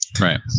Right